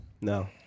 No